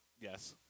Yes